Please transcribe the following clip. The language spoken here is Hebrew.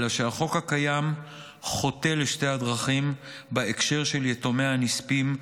אלא שהחוק הקיים חוטא לשתי הדרכים בהקשר של יתומי הנספים,